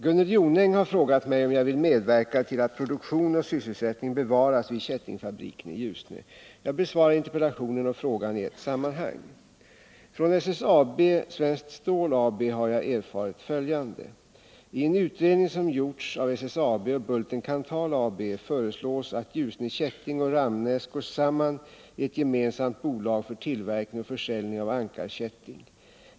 Gunnel Jonäng har frågat mig om jag vill medverka till att produktion och sysselsättning bevaras vid kättingfabriken i Ljusne. Jag besvarar interpellationen och frågan i ett sammanhang. Från SSAB Svenskt Stål AB har jag erfarit följande. I en utredning som gjorts av SSAB och Bulten-Kanthal AB föreslås att Ljusne Kätting och Ramnäs går samman i ett gemensamt bolag för tillverkning och försäljning av ankarkätting.